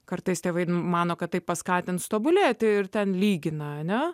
kartais tėvai mano kad tai paskatins tobulėti ir ten lygina ane